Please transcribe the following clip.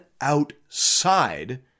outside